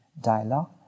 dialogue